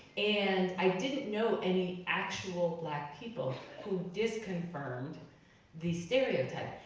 and i didn't know any actual black people who disconfirmed the stereotype.